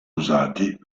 usati